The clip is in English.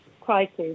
crisis